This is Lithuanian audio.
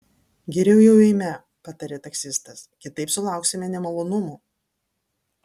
geriau jau eime patarė taksistas kitaip sulauksime nemalonumų